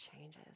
changes